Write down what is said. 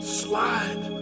slide